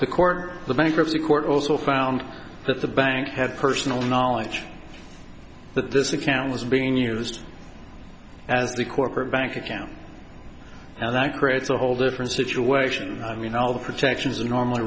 the court the bankruptcy court also found that the bank had personal knowledge that this account was being used as the corporate bank account and that creates a whole different situation i mean all the protections in normal